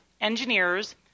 engineers